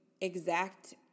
exact